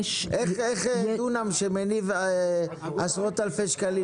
איך דונם שמניב עשרות אלפי שקלים,